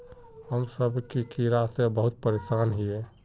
हम सब की कीड़ा से बहुत परेशान हिये?